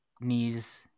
knees